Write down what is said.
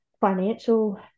financial